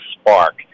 spark